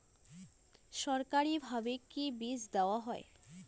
সরকারিভাবে কি বীজ দেওয়া হয়?